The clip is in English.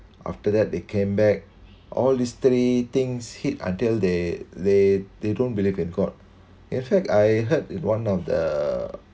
after that they came back all history things hit until they they they don't believe in god in fact I heard is one of the